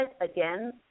again